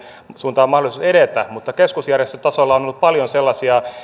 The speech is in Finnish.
suuntaan mahdollisuus edetä mutta keskusjärjestötasolla on ollut paljon sellaisia